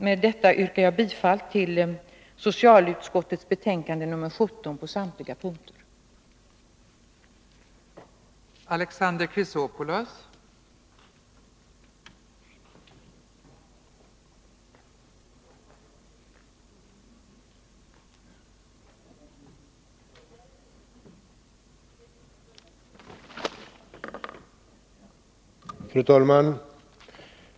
Med detta yrkar jag bifall till utskottets hemställan på samtliga punkter i socialutskottets betänkande nr 17.